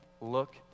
look